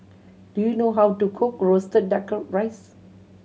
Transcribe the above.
do you know how to cook roasted Duck Rice